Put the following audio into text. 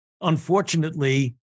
unfortunately